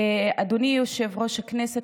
אדוני יושב-ראש הכנסת,